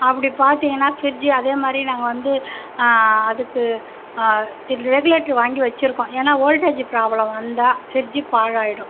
அப்படி பார்த்திங்கன்னா ஃப்ரிட்ஜ்ஜு அதே மாரி நாங்கள் வந்து அதுக்கு ரெகுலேட்டரு வாங்கி வச்சுருக்கோம் ஏன்னா ஓல்ட்டேஜ் ப்ராப்ளம் வந்தா ஃப்ரிட்ஜ்ஜு பாழாயிடும்